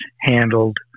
handled